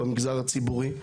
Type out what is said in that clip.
במגזר הציבורי.